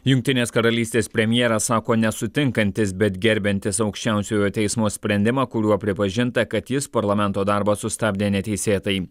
jungtinės karalystės premjeras sako nesutinkantis bet gerbiantis aukščiausiojo teismo sprendimą kuriuo pripažinta kad jis parlamento darbą sustabdė neteisėtai